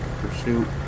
pursuit